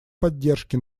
поддержке